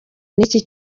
n’iki